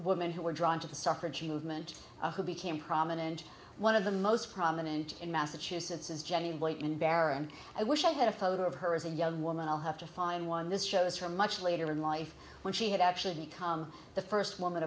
women who were drawn to the suffrage movement who became prominent one of the most prominent in massachusetts as jenny and baron i wish i had a photo of her as a young woman i'll have to find one this shows for much later in life when she had actually become the first woman